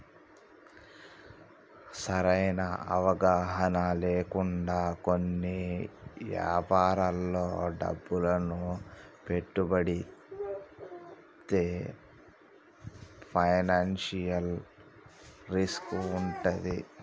సరైన అవగాహన లేకుండా కొన్ని యాపారాల్లో డబ్బును పెట్టుబడితే ఫైనాన్షియల్ రిస్క్ వుంటది